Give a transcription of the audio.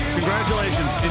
Congratulations